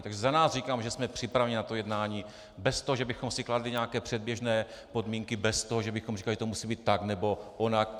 Takže za nás říkám, že jsme připraveni na to jednání bez toho, že bychom si kladli nějaké předběžné podmínky, bez toho, že bychom říkali, že to musí být tak nebo onak.